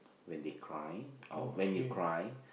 when they cry or when you cry